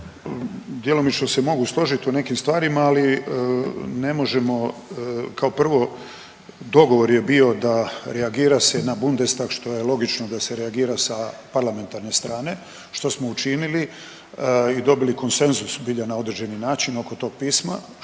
Djelomično se mogu složiti u nekim stvarima. Ali ne možemo, kao prvo dogovor je bio da reagira se na Bundestag što je logično da se reagira sa parlamentarne strane što smo učinili i dobili konsenzus zbilja na određeni način oko toga pisma